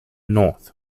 north